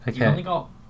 Okay